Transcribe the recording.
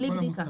בלי בדיקה.